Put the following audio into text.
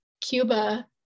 Cuba